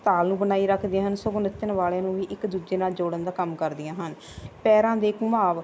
ਤਾਲ ਨੂੰ ਬਣਾਈ ਰੱਖਦੇ ਹਨ ਸੋ ਹੁਣ ਤਿੰਨ ਵਾਲਿਆਂ ਨੂੰ ਵੀ ਇੱਕ ਦੂਜੇ ਨਾਲ ਜੋੜਨ ਦਾ ਕੰਮ ਕਰਦੀਆਂ ਹਨ ਪੈਰਾਂ ਦੇ ਘੁਮਾਵ